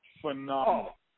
phenomenal